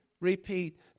repeat